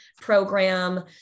program